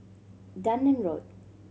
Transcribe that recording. Dunearn Road